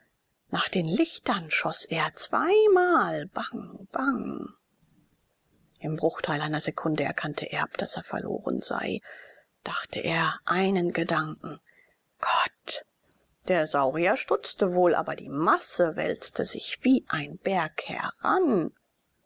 nach den lichtern schoß er zweimal bang bang im bruchteil einer sekunde erkannte erb daß er verloren sei dachte er einen gedanken gott sein herz hämmerte der saurier stutzte wohl aber die masse wälzte sich wie ein berg heran